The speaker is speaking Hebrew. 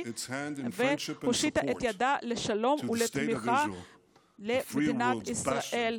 והושיטה את ידה לשלום ולתמיכה במדינת ישראל,